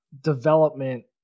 development